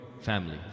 family